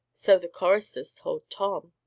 so the choristers told tom,